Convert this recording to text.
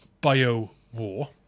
bio-war